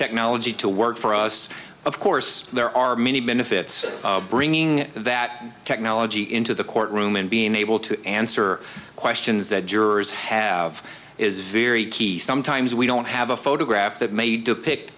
technology to work for us of course there are many benefits of bringing that technology into the courtroom and being able to answer questions that jurors have is very key sometimes we don't have a photograph that ma